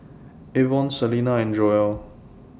Avon Celina and Joel